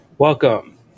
Welcome